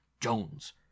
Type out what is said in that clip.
Jones